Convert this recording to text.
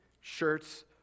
shirts